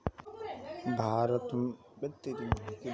भारत दुनिया भर कअ एक दशमलव छह प्रतिशत कागज बनावेला